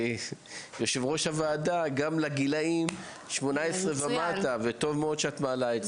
כיושב-ראש הוועדה גם לגילאים 18 ומטה וטוב מאוד שאת מעלה את זה.